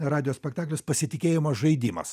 radijo spektaklis pasitikėjimo žaidimas